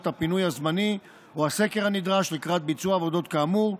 הפינוי הזמני או הסקר הנדרש לקראת ביצוע עבודות כאמור.